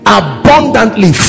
abundantly